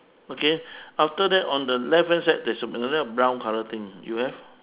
okay after that on the left hand side there's a another brown colour thing you have